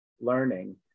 learning